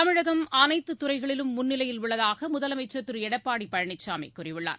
தமிழகம் அனைத்து துறைகளிலும் முன்னிலையில் உள்ளதாக முதலமைச்சர் திரு எடப்பாடி பழனிக்காமி கூறியுள்ளார்